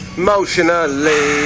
emotionally